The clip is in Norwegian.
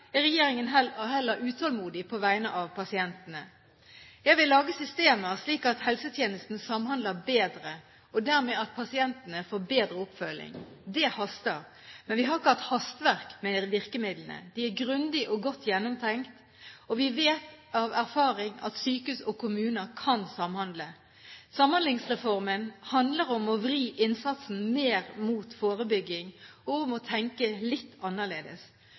er regjeringen heller utålmodig på vegne av pasientene. Jeg vil lage systemer, slik at helsetjenesten samhandler bedre, og at pasientene dermed får bedre oppfølging. Det haster. Men vi har ikke hatt hastverk med virkemidlene. De er grundig og godt gjennomtenkt, og vi vet av erfaring at sykehus og kommuner kan samhandle. Samhandlingsreformen handler om å vri innsatsen mer mot forebygging og om å tenke litt annerledes.